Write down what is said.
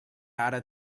ara